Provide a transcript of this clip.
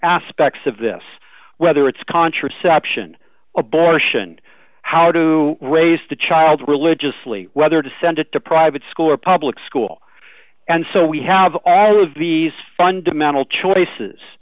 aspects of this whether it's contraception abortion how to raise the child religiously whether to send it to private school or public school and so we have all of these fundamental choices